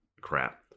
crap